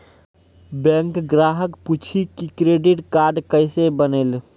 Bank ग्राहक पुछी की क्रेडिट कार्ड केसे बनेल?